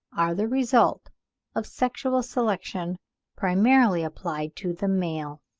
are the result of sexual selection primarily applied to the male.